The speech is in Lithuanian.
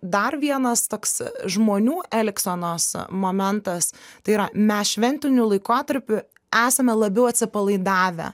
dar vienas toks žmonių elgsenos momentas tai yra mes šventiniu laikotarpiu esame labiau atsipalaidavę